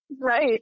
Right